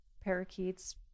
parakeets